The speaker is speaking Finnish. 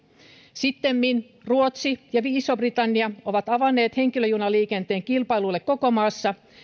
sittemmin ruotsi ja iso britannia ovat avanneet henkilöjunaliikenteen kilpailulle koko maassa